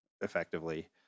effectively